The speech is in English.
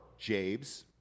Jabes